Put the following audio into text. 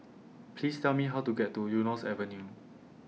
Please Tell Me How to get to Eunos Avenue